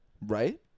Right